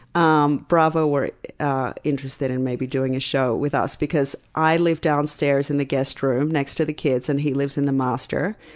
um bravo were ah interested in maybe doing a show with us, because i live downstairs in the guest room next to the kids, and he lives in the master.